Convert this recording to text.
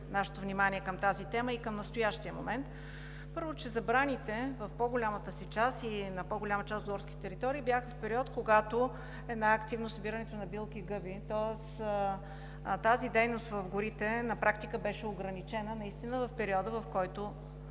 нашето внимание към тази тема и към настоящия момент. Първо, че забраните в по-голямата си част и на по-голяма част от горските територии бяха в период, когато е най-активно събирането на билки и гъби. Тоест тази дейност в горите на практика беше ограничена наистина в периода, който